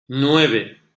nueve